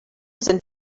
sind